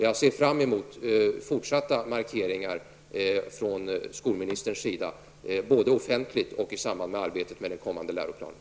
Jag ser fram emot fortsatta markeringar från skolministerns sida, både offentligt och i samband med arbetet med den kommande läroplanen.